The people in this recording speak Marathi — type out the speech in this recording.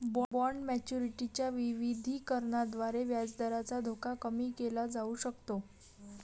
बॉण्ड मॅच्युरिटी च्या विविधीकरणाद्वारे व्याजदराचा धोका कमी केला जाऊ शकतो